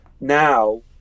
now